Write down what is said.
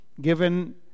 given